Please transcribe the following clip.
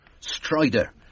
Strider